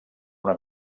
una